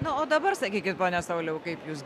nu o dabar sakykit pone sauliau kaip jūs